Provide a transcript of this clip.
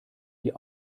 die